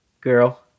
Girl